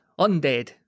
undead